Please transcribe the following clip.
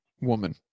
Woman